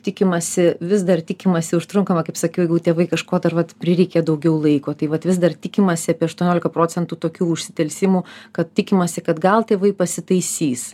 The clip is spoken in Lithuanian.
tikimasi vis dar tikimasi užtrunkama kaip sakiau jeigu tėvai kažko dar vat prireikė daugiau laiko tai vat vis dar tikimasi apie aštuoniolika procentų tokių užsidelsimų kad tikimasi kad gal tėvai pasitaisys